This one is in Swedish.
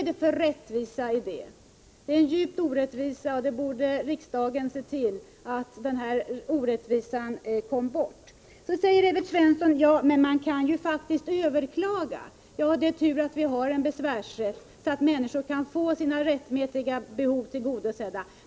Det är djupt orättvist, och riksdagen borde se till att den orättvisan kommer bort. Evert Svensson säger: Man kan faktiskt överklaga. Ja, det är tur att vi har en besvärsrätt, så att människor kan få sina rättmätiga behov tillgodosedda.